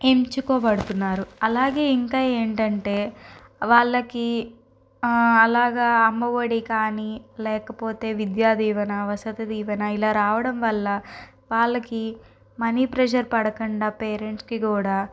ఎంచుకోబడుతున్నారు అలాగే ఇంకా ఏంటంటే వాళ్ళకి అలాగ అమ్మ ఒడి కాని లేకపోతే విద్యాదీవెన వసతి దీవెన రావడం వల్ల వాళ్ళకి మనీ ప్రెజర్ పడకుండా పేరెంట్స్కి కూడా